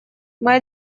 моя